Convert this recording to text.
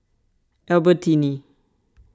Albertini